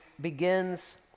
begins